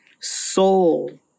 soul